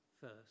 first